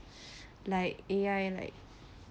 like A_I like